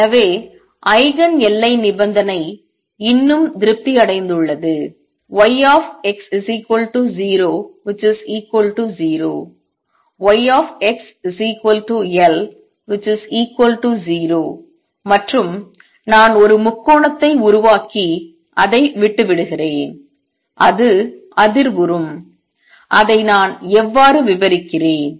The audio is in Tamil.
எனவே ஐகன் எல்லை நிபந்தனை இன்னும் திருப்தி அடைந்துள்ளது yx00 yxL0 மற்றும் நான் ஒரு முக்கோணத்தை உருவாக்கி அதை விட்டு விடுகிறேன் அது அதிர்வுறும் அதை நான் எவ்வாறு விவரிக்கிறேன்